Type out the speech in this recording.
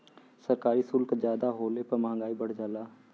सरकारी सुल्क जादा होले पे मंहगाई बढ़ जाला